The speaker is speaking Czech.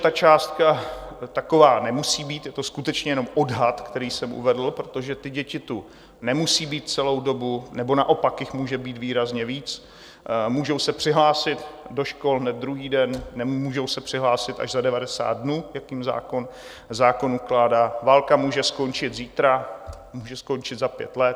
Ta částka taková nemusí být, je to skutečně jenom odhad, který jsem uvedl, protože ty děti tu nemusí být celou dobu, nebo naopak jich může být výrazně víc, můžou se přihlásit do škol hned druhý den, nebo se můžou přihlásit až za devadesát dnů, jak jim zákon ukládá, válka může skončit zítra, může skončit za pět let.